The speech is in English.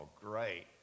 great